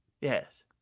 Yes